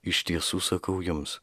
iš tiesų sakau jums